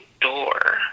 door